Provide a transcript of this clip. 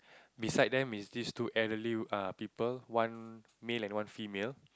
beside them is these two elderly err people one male and one female